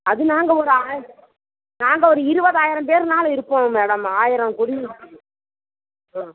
அது நாங்கள் ஒரு ஆயிரம் நாங்கள் ஒரு இருபதாயரம் பேருனாலும் இருப்போங்க மேடம் ஆயிரம் குடி ஆ